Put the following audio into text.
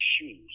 shoes